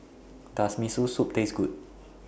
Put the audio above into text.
Does Miso Soup Taste Good